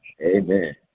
Amen